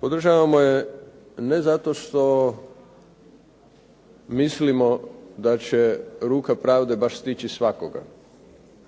Podržavamo je ne zato što mislimo da će ruka pravde baš stići svakoga.